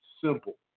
simple